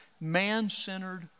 man-centered